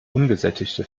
ungesättigte